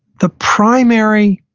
the primary